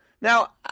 Now